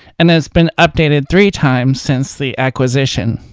and it's been updated three times since the acquisition.